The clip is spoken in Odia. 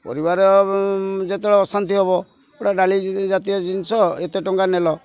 ପରିବାର ଯେତେବେଳେ ଅଶାନ୍ତି ହବ ଗୋଟେ ଡାଳି ଜାତୀୟ ଜିନିଷ ଏତେ ଟଙ୍କା ନେଲ